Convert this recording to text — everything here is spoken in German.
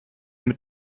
mit